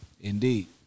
Indeed